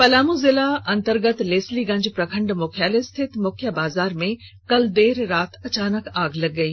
पलामू जिला अंतर्गत लेस्लीगंज प्रखंड मुख्यालय रिथित मुख्य बाजार में कल देर रात अचानक आग लग गई